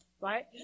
right